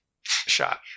shot